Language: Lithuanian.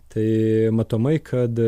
tai matomai kad